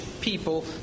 people